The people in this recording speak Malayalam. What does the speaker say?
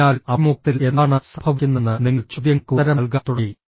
അതിനാൽ അഭിമുഖത്തിൽ എന്താണ് സംഭവിക്കുന്നതെന്ന് നിങ്ങൾ ചോദ്യങ്ങൾക്ക് ഉത്തരം നൽകാൻ തുടങ്ങി